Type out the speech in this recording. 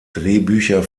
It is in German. drehbücher